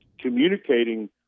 communicating